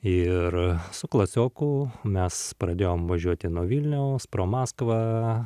ir su klasioku mes pradėjom važiuoti nuo vilniaus pro maskvą